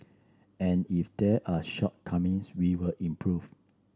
and if there are shortcomings we will improve